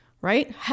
right